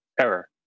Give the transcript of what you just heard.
error